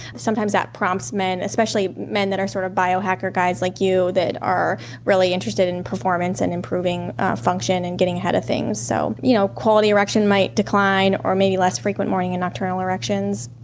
sometimes that prompts men, especially men that are sort of biohacker guys like you that are really interested in performance and improving function, and getting ahead of things. so you know quality erection might decline, or maybe less frequent morning and nocturnal erections,